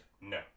No